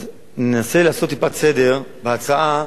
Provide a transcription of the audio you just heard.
אז ננסה לעשות טיפה סדר בהצעה,